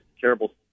terrible